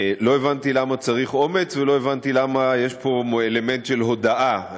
לא הבנתי למה צריך אומץ ולא הבנתי למה יש פה אלמנט של הודאה.